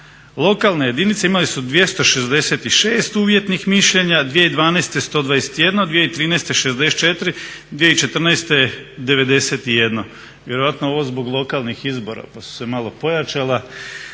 lokalne jedinice imale su 266 uvjetnih mišljenja, 2012. 121., 2013. 64, 2014. 91. Vjerojatno ovo zbog lokalnih izbora pa su se malo pojačala,